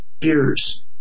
years